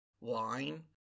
line